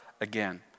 again